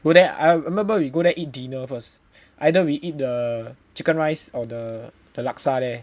go there I remember we go there eat dinner first either we eat the chicken rice or the the laksa there